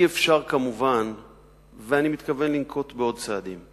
מתכוון לנקוט עוד צעדים.